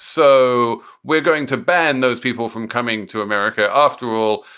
so we're going to ban those people from coming to america, after all.